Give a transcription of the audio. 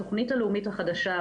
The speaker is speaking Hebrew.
התכנית הלאומית החדשה,